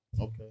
okay